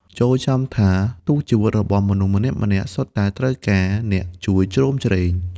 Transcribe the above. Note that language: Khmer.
ចូរចាំថា ទូកជីវិតរបស់មនុស្សម្នាក់ៗ សុទ្ធតែត្រូវការអ្នកជួយជ្រោមជ្រែង។